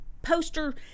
Poster